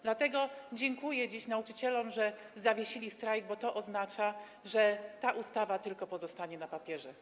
Dlatego dziękuję dziś nauczycielom, że zawiesili strajk, bo to oznacza, że ta ustawa pozostanie tylko na papierze.